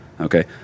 Okay